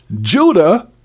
Judah